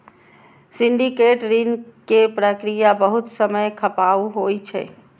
syndicate ऋण के प्रक्रिया बहुत समय खपाऊ होइ छै